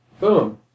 boom